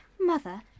Mother